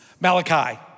Malachi